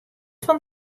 fan